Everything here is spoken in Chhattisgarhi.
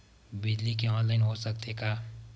बिजली के ऑनलाइन हो सकथे का?